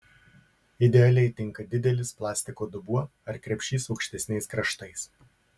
idealiai tinka didelis plastiko dubuo ar krepšys aukštesniais kraštais